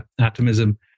atomism